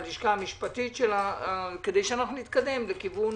עם הלשכה המשפטית כדי שנתקדם לכיוון